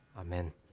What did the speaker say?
Amen